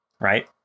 right